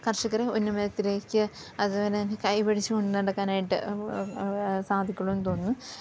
കർഷകർ ഉന്നമനത്തിലേക്ക് അതുപോലെ തന്നെ കൈ പിടിച്ചുകൊണ്ട് നടക്കാനായിട്ട് സാധിക്കുള്ളൂയെന്ന് തോന്നുന്നു